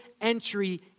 entry